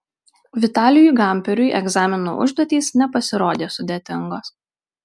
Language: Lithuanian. vitalijui gamperiui egzamino užduotys nepasirodė sudėtingos